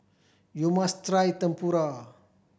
you must try Tempura